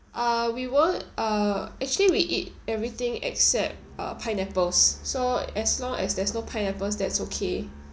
uh we would uh actually we eat everything except uh pineapples so as long as there's no pineapples that's okay